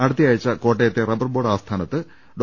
അടുത്ത യാഴ്ച കോട്ടയത്തെ റബ്ബർ ബോർഡ് ആസ്ഥാനത്ത് ഡോ